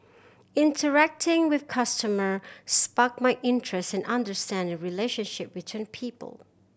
interacting with customer sparked my interest in understanding relationship between people